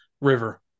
river